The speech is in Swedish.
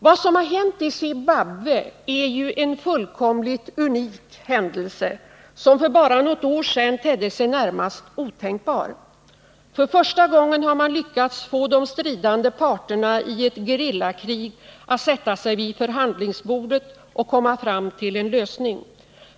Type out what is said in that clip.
Vad som har hänt i Zimbabwe är ju en fullkomligt unik händelse, som för bara något år sedan tedde sig närmast otänkbar. För första gången har man lyckats få de stridande parterna i ett gerillakrig att sätta sig vid förhandlingsbordet och komma fram till en lösning.